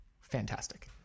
fantastic